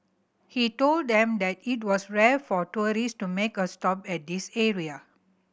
he told them that it was rare for tourist to make a stop at this area